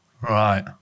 Right